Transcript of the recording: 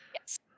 Yes